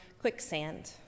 quicksand